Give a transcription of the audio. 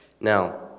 Now